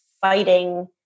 fighting